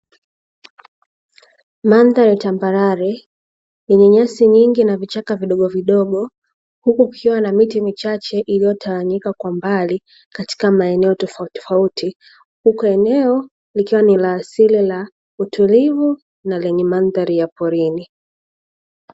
Mandhari ya tambarare yenye nyasi nyingi na vichaka vidogovidogo, huku kukiwa na miti michache, iliyotawanyika kwa mbali katika maeneo tofauti tofauti, huku eneo likiwa ni la asili la utulivu na lenye mandhari ya porini.